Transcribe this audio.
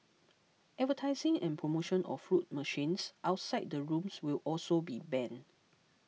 advertising and promotion of fruit machines outside the rooms will also be banned